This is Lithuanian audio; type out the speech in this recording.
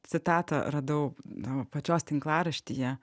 citatą radau tavo pačios tinklaraštyje